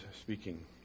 speaking